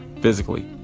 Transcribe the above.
physically